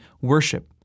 worship